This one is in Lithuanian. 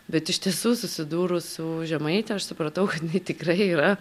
bet iš tiesų susidūrus su žemaite aš supratau kad jinai tikrai yra